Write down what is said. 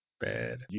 bad